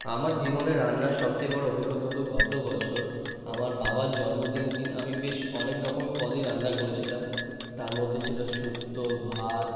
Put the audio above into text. আমার জীবনে রান্নার সব থেকে বড় অভিজ্ঞতা হল গত বছর আমার বাবার জন্মদিনের দিন আমি বেশ অনেক রকম পদই রান্না করেছিলাম তার মধ্যে ছিল শুক্ত ভাত